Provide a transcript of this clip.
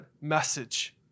message